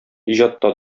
иҗатта